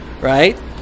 Right